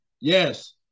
Yes